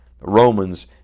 Romans